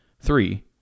three